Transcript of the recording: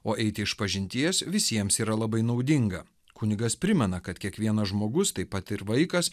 o eiti išpažinties visiems yra labai naudinga kunigas primena kad kiekvienas žmogus taip pat ir vaikas